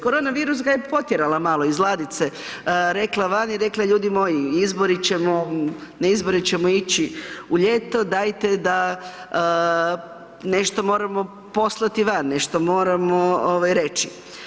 Korona virus ga je potjerala malo iz ladice, rekla van i rekla ljudi moji, na izbore ćemo ići u ljeto, dajte da nešto moramo poslati van, nešto moramo reći.